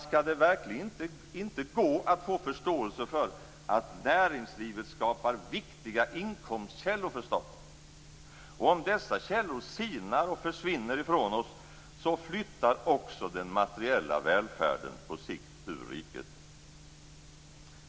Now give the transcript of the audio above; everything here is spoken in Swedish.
Skall det verkligen inte gå att få förståelse för att näringslivet skapar viktiga inkomstkällor för staten, och att om dessa källor sinar och försvinner ifrån oss så flyttar också den materiella välfärden på sikt ur riket?